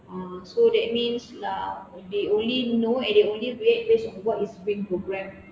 ah so that means like they only know and they only create this based on what is being programmed